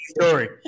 story